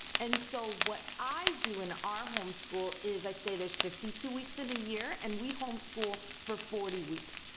and so, what i do in our homeschool is i say there's fifty two weeks in a year, and we homeschool for forty weeks,